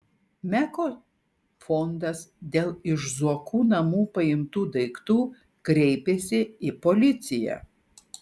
meko fondas dėl iš zuokų namų paimtų daiktų kreipėsi į policiją